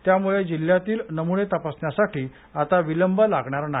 त्यामुळे जिल्ह्यातील नमुने तपासण्यासाठी आता विलंब लागणार नाही